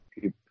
keep